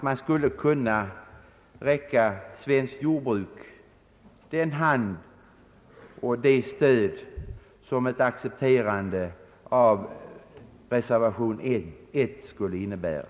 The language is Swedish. Man borde kunna räcka svenskt jordbruk en hand och ge det stöd som ett accepterande av reservation 1 skulle innebära.